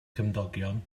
cymdogion